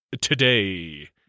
today